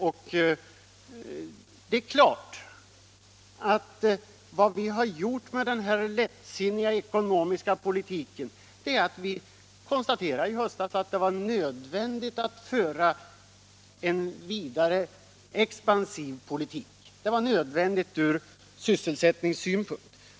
Vad vi har gjort, som socialdemokraterna betraktar som lättsinnig ekonomisk politik, är att vi i höstas konstaterade att det var nödvändigt ur sysselsättningssynpunkt att föra en mer expansiv politik än dittills.